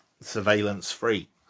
surveillance-free